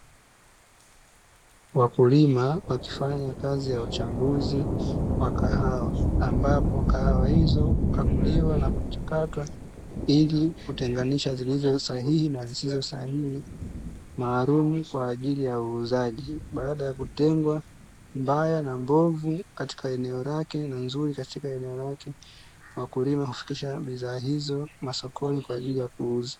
Wakulima wakifanya kazi ya uchambuzi wa kahawa ambapo kahawa hizo hukaguliwa na kuchakatwa ili kutenganisha zilizosahihi na zisizo sahihi, maalumu kwa ajili ya uuzaji. Baada ya kutengwa mbaya na mbovu katika eneo lake, na nzuri katika eneo lake, wakulima hufikisha bidhaa hizo masokoni kwa ajili ya kuuza.